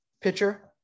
pitcher